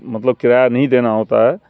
مطلب کرایہ نہیں دینا ہوتا ہے